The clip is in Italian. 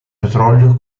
petrolio